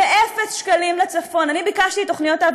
ואפס שקלים לצפון.